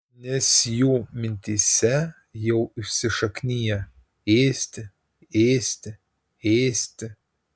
nes jų mintyse jau įsišakniję ėsti ėsti ėsti